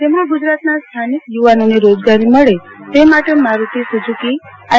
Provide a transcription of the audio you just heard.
તેમણેગુજરાતન સ્થાનિક યુવાનોને રોજગારી મળે તે માટે મારુતિ સુઝુકી આઈ